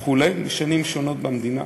שנים שונות במדינה,